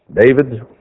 David